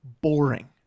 boring